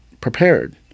prepared